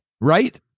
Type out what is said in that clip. Right